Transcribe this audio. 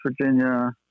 Virginia